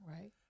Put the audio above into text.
Right